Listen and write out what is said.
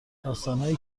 داستانهایی